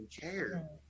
care